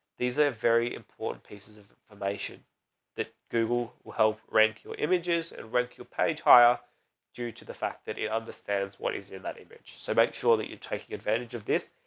these are very important pieces of information that google will help rank your images and rank your page higher due to the fact that he understands what is in that enbridge. so make sure that you're taking advantage of this.